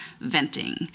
venting